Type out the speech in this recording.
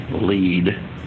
lead